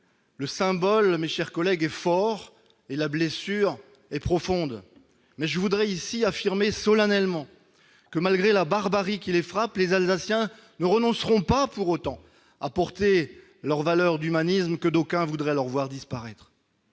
Le symbole, mes chers collègues, est fort et la blessure est profonde. Pour autant, je veux affirmer solennellement que, malgré la barbarie qui les frappe, les Alsaciens ne renonceront pas à porter leurs valeurs d'humanisme, que d'aucuns voudraient voir disparaître.